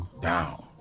down